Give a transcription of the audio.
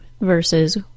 versus